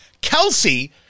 Kelsey